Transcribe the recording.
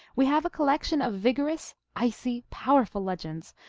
we have a collection of vigorous, icy, powerful legends,